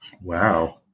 Wow